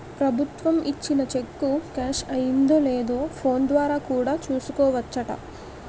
ప్రభుత్వం ఇచ్చిన cheque cash అయిందో లేదో ఫోన్ ద్వారా కూడా చూసుకోవచ్చట